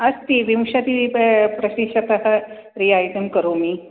अस्ति विंशति प्रतिशतं रियायितिं करोमि